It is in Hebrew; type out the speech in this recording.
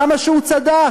כמה שהוא צדק.